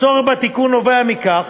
הצורך בתיקון נובע מכך